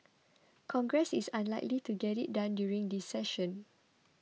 congress is unlikely to get it done during this session